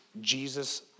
Jesus